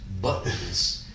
buttons